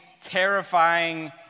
terrifying